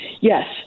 Yes